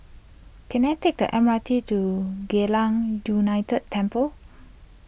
can I take the M R T to Geylang United Temple